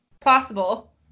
Possible